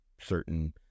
certain